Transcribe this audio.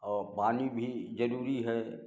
और पानी भी जरूरी है